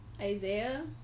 Isaiah